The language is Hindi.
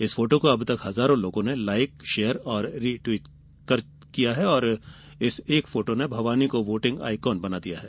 इस फोटो को अब तक हजारों लोग लाइक शेयर और रिट्वीट कर चुके हैं और इस एक फोटो ने भवानी को वोटिंग आइकॉन बना दिया है